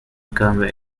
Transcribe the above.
convert